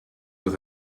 with